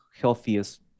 healthiest